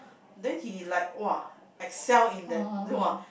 then he like !wah! excel in that !wah!